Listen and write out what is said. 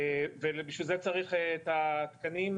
בשביל זה צריך את התקנים.